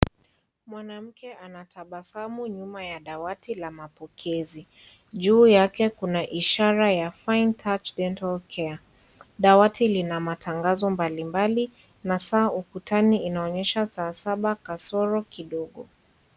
Mwanamke anatabasamu nyuma ya dawati la mapokezi, juu yake kuna ishara ya fine touch dental care. Dawati lina matangazo mbalimbali na saa ukutani inaonyesha saa saba kasoro kidogo.